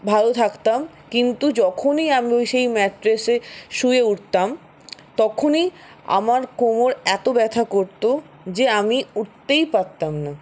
ভালো থাকতাম কিন্তু যখনই আমি সেই ম্যাট্রেসে শুয়ে উঠতাম তখনই আমার কোমর এতো ব্যথা করতো যে আমি উঠতেই পারতাম না